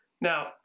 Now